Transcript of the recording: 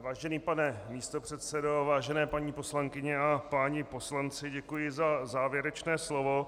Vážený pane místopředsedo, vážené paní poslankyně a páni poslanci, děkuji za závěrečné slovo.